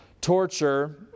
torture